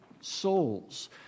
souls